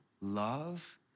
love